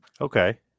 okay